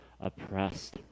oppressed